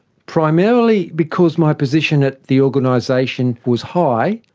primarily because my position at the organisation was high,